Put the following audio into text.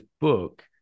book